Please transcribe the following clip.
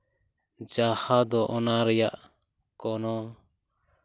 ᱡᱟᱦᱟᱸ ᱫᱚ ᱚᱱᱟ ᱨᱮᱭᱟᱜ ᱠᱚᱱᱚ